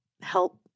help